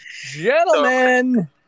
Gentlemen